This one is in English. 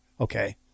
okay